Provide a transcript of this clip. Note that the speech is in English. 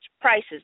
prices